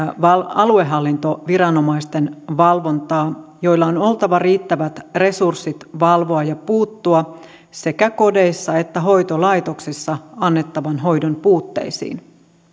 aluehallintoviranomaisten valvontaa ja niillä on oltava riittävät resurssit valvoa ja puuttua sekä kodeissa että hoitolaitoksissa annettavan hoidon puutteisiin